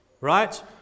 right